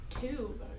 two